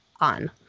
on